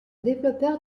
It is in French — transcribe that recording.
développeurs